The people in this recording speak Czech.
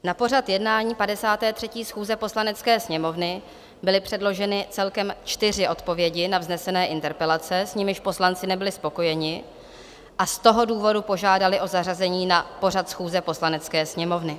Na pořad jednání 53. schůze Poslanecké sněmovny byly předloženy celkem čtyři odpovědi na vznesené interpelace, s nimiž poslanci nebyli spokojeni, a z toho důvodu požádali o zařazení na pořad schůze Poslanecké sněmovny.